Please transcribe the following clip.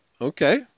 Okay